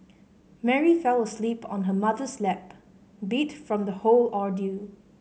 Mary fell asleep on her mother's lap beat from the whole ordeal